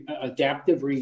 adaptive